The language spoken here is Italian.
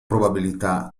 probabilità